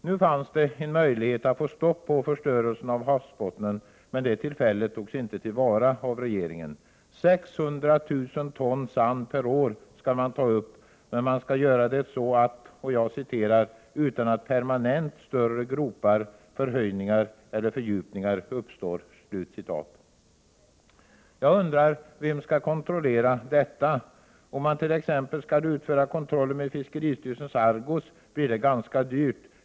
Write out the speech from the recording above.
Nu fanns det en möjlighet att få stopp på förstörelsen av havsbottnen, men det tillfället togs inte till vara av regeringen. 600 000 ton sand per år skall man nu ta upp, men man skall göra det ”utan att permanenta större gropar, förhöjningar eller fördjupningar uppstod”. Jag undrar vem som skall kontrollera detta. Om man t.ex. skall utföra kontrollen med fiskeristyrelsens Argos blir det ganska dyrt.